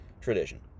tradition